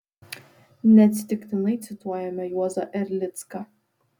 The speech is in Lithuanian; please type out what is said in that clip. neatsitiktinai cituojame juozą erlicką